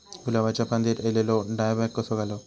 गुलाबाच्या फांदिर एलेलो डायबॅक कसो घालवं?